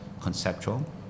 conceptual